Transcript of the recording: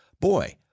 boy